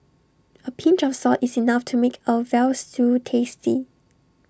A pinch of salt is enough to make A Veal Stew tasty